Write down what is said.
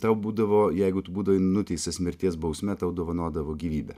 tau būdavo jeigu tu būdavai nuteistas mirties bausme tau dovanodavo gyvybę